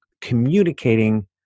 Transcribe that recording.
communicating